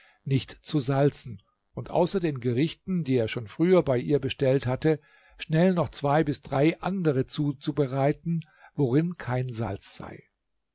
nicht zu salzen und außer den gerichten die er schon früher bei ihr bestellt hatte schnell noch zwei bis drei andere zu bereiten worin kein salz sei